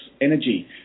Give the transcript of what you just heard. energy